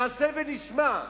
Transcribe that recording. נעשה ונשמע.